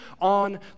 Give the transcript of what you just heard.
on